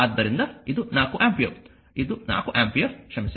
ಆದ್ದರಿಂದ ಇದು 4 ಆಂಪಿಯರ್ ಇದು 4 ಆಂಪಿಯರ್ ಕ್ಷಮಿಸಿ